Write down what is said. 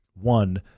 One